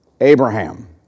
Abraham